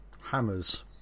Hammers